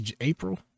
April